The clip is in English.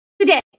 today